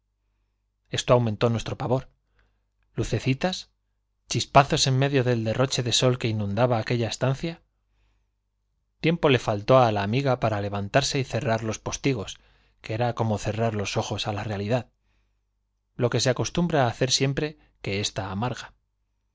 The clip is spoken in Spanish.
esto aumentó nuestro pavor lucecitas chispazos en medio del derroche de sol que inundaba aquella estancia tiempo le faltó á la amiga para levantárse y cerrar los postigos que era como cerrar los ojos á la realidad lo que se acostumbra hacer siempre que ésta amarga